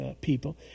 people